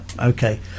Okay